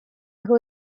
who